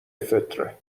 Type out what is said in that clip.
فطره